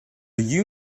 you